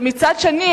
ומצד שני,